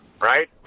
right